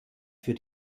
für